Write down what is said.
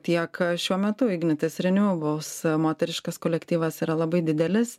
tiek šiuo metu ignitis renewables moteriškas kolektyvas yra labai didelis